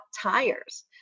tires